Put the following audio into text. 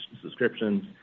subscriptions